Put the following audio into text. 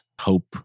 hope